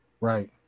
Right